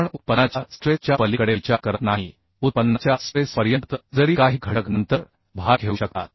आपण इल्डच्या स्ट्रेस च्या पलीकडे विचार करत नाही उत्पन्नाच्या स्ट्रेस पर्यंत जरी काही घटक नंतर भार घेऊ शकतात